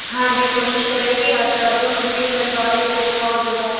ਹਾਂਜੀ ਕੋਸ਼ਿਸ਼ ਕਰਿਓ ਕਿ ਅੱਜ ਆ ਜਾਇਓ ਮੁੜ ਕੇ ਫਿਰ ਬਾਅਦ ਵਿੱਚ ਔਖਾ ਹੋ ਜੂਗਾ